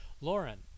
Lauren